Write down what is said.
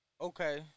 Okay